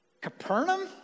Capernaum